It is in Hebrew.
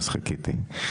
אז חיכיתי.